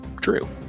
true